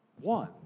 One